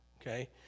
okay